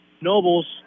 Nobles